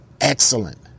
excellent